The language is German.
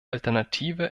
alternative